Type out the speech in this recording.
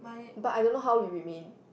but I don't know how it remain